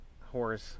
Horse